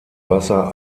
wasser